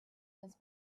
his